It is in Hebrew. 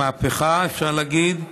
מהפכה, אפשר להגיד,